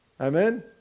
Amen